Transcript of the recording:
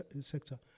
sector